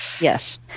Yes